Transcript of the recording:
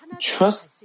trust